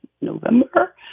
November